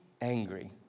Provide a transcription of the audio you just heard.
angry